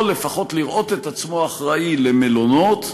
יכול לפחות לראות עצמו אחראי למלונות,